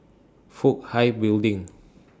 Fook Hai Building